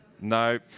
No